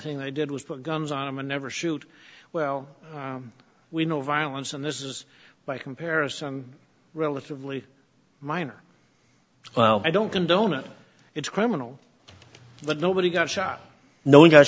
thing they did was put guns on them and never shoot well we know violence and this is by comparison relatively minor well i don't condone it it's criminal but nobody got shot no one got